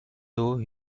though